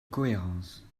cohérence